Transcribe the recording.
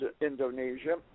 Indonesia